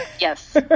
Yes